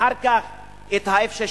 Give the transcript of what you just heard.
אחר כך את ה-F16.